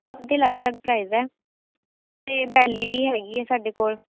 ਸਭ ਦੇ ਅਲੱਗ ਅਲੱਗ ਪ੍ਰਾਈਜ਼ ਹੈ 'ਤੇ ਬੈਲੀ ਵੀ ਹੈਗੀ ਹੈ ਸਾਡੇ ਕੋਲ